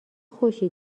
خوشی